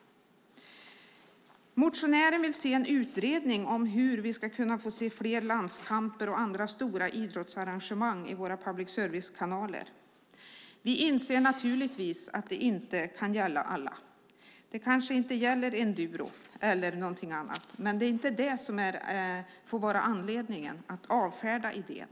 Motionären vill se en utredning om hur vi ska kunna få fler landskamper och andra stora idrottsarrangemang i våra public service-kanaler. Vi inser naturligtvis att det inte kan gälla alla. Det kanske inte gäller enduro eller någonting annat. Men det får inte vara en anledning att avfärda idén.